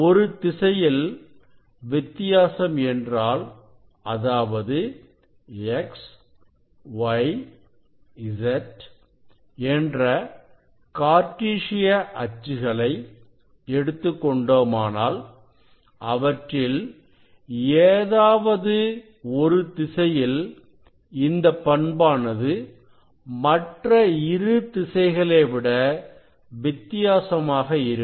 ஒரு திசையில் வித்தியாசம் என்றால் அதாவது xyz என்ற கார்ட்டீசிய அச்சுகளை எடுத்துக் கொண்டோமானால் அவற்றில் ஏதாவது ஒரு திசையில் இந்த பண்பானது மற்ற இரு திசைகளை விட வித்தியாசமாக இருக்கும்